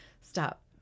stop